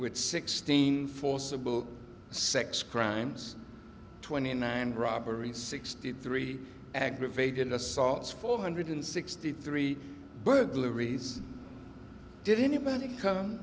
crime sixteen forcible sex crimes twenty nine robbery sixty three aggravated assaults four hundred sixty three burglaries did anybody come